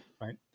right